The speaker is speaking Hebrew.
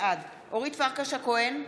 בעד אורית פרקש הכהן,